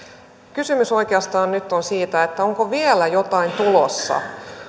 kysymys oikeastaan nyt on siitä onko vielä jotain tulossa